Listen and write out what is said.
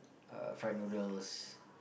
uh fried noodles